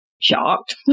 shocked